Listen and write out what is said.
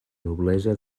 noblesa